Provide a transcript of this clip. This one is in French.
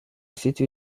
situe